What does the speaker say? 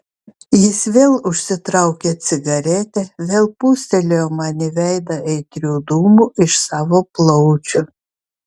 jis vėl užsitraukė cigaretę vėl pūstelėjo man į veidą aitrių dūmų iš savo plaučių